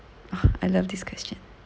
I love this question